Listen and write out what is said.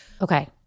Okay